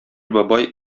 бабай